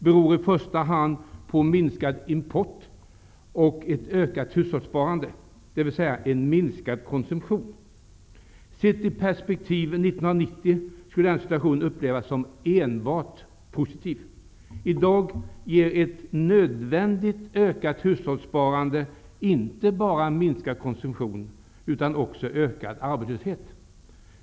Det beror i första hand på en minskad import och ett ökat hushållssparande, dvs. en minskad konsumtion. År 1990 skulle denna situation ha upplevts som enbart positiv. I dag ger ett nödvändigt ökat hushållssparande inte bara minskad konsumtion utan också ökad arbetslöshet.